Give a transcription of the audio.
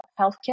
healthcare